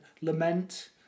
lament